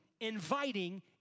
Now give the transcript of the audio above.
inviting